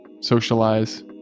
Socialize